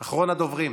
הוא אחרון הדוברים,